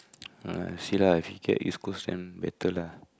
ah see lah if he get East-Coast then better lah